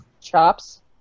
Chops